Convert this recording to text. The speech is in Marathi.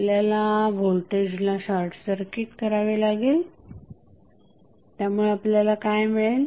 आपल्याला व्होल्टेजला शॉर्टसर्किट करावे लागेल त्यामुळे आपल्याला काय मिळेल